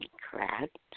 Correct